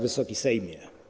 Wysoki Sejmie!